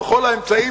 בכל האמצעים,